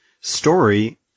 story